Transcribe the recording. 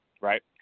right